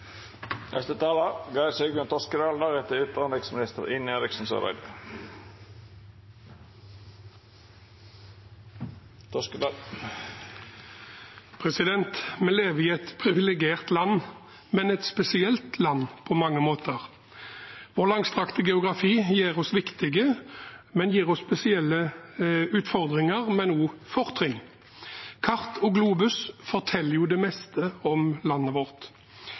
Vi lever i et privilegert land og et spesielt land på mange måter. Vår langstrakte geografi gir oss viktige og spesielle utfordringer, men også fortrinn. Kart og globus forteller det meste om landet vårt,